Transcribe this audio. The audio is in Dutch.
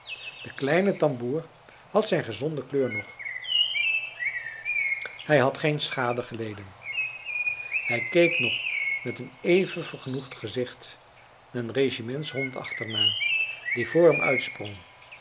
de kleine tamboer had zijn gezonde kleur nog hij had geen schade geleden hij keek nog met een even vergenoegd gezicht den regimentshond achterna die voor hem uitsprong